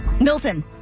Milton